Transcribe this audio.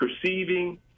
perceiving